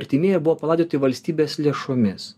artimieji ir buvo palaidoti valstybės lėšomis